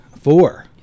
Four